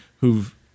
who've